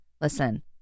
listen